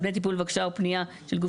על פני טיפול בבקשה או בפנייה של גוף